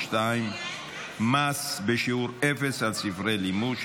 מס בשיעור אפס על ספרי לימוד),